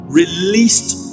released